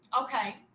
Okay